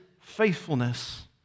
faithfulness